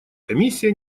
комиссия